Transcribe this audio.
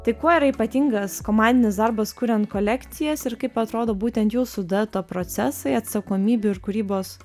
tai kuo yra ypatingas komandinis darbas kuriant kolekcijas ir kaip atrodo būtent jūsų dueto procesai atsakomybių ir kūrybos